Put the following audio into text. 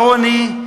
העוני,